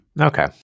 Okay